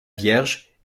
vierge